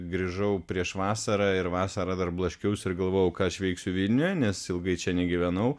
grįžau prieš vasarą ir vasarą dar blaškiausi ir galvojau ką aš veiksiu vilniuje nes ilgai čia negyvenau